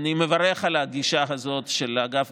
אני מברך על הגישה הזאת של אגף